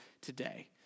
today